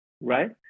right